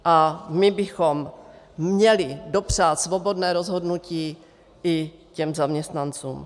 A my bychom měli dopřát svobodné rozhodnutí i těm zaměstnancům.